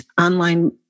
online